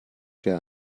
der